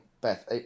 Beth